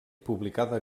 publicada